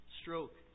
stroke